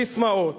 ססמאות.